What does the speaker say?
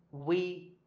we,